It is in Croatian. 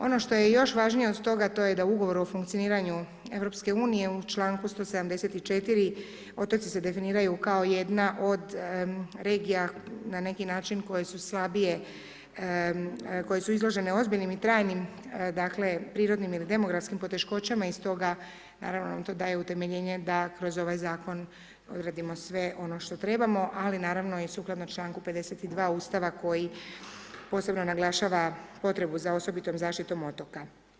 Ono što je još važnije od toga to je da Ugovor o funkcioniranju Europske unije u članku 174., otoci se definiraju kao jedna od regija na neki način koje su slabije, koje su izložene ozbiljnim i trajnim, dakle, prirodnim ili demografskim poteškoćama i stoga naravno vam to daje utemeljenje da skroz ovaj Zakon odradimo sve ono što trebamo, ali naravno i sukladno članku 52., Ustava, koji posebno naglašava potrebu za osobitom zaštitom otoka.